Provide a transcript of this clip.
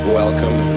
welcome